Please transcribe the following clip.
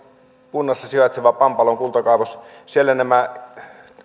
kunnassa sijaitsevan pampalon kultakaivoksen siellä tämä